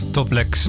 Toplex